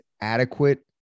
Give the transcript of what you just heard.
adequate